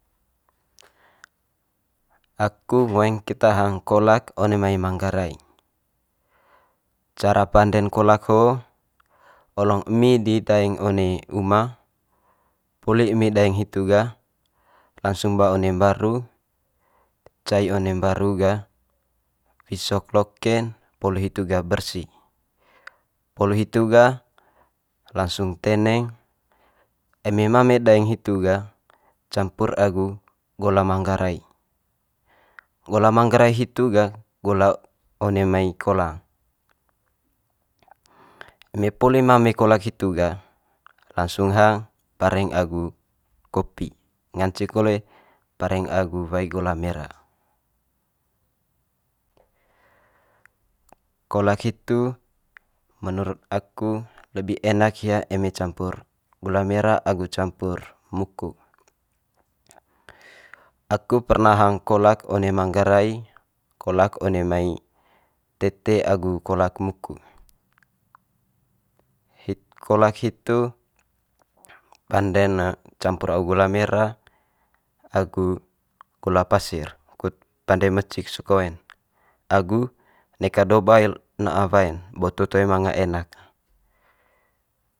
aku ngoeng keta hang kolak one mai manggarai. Cara pande'n kolak ho olong emi di daeng one uma, poli emi daeng hitu ga langsung ba one mbaru, cai one mbaru ga wisok loke'n poli hitu gah bersi. Poli hitu gah langsung teneng, eme mame daeng hitu gah campur agu gola manggarai, gola manggarai hitu ga gola one mai kolang. Eme poli mame kolak hitu ga langsung hang pareng agu kopi, ngance kole pareng agu wae gola mera. Kolak hitu menurut aku lebi enak hia eme campur gula mera agu campur muku. Aku perna hang kolak one manggarai kolak one mai tete agu kolak muku. kolak hitu pande'n ne campur agu gola mera agu gula pasir kut pande mecik ce koen, agu neka do bail na'a wae'n boto toe manga enak.